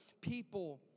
people